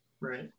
Right